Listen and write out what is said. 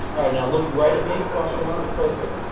right. now, look right at me. cross your arm. perfect.